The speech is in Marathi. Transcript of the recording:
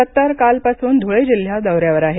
सत्तार काल पासून धुळे जिल्हा दौऱ्यावर आहेत